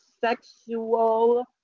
sexual